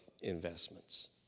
investments